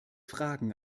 fragen